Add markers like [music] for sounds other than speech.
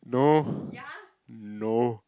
no [breath] no